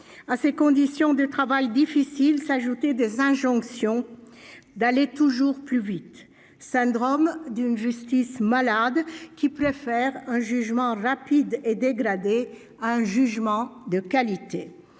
À ces conditions de travail difficiles s'ajoutaient des injonctions à aller toujours plus vite, symptôme d'une justice malade qui préfère un jugement rapide et dégradé à un jugement de qualité.